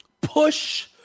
push